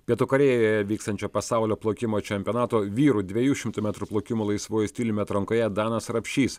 pietų korėjoje vykstančio pasaulio plaukimo čempionato vyrų dviejų šimtų metrų plaukimo laisvuoju stiliumi atrankoje danas rapšys